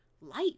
life